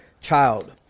child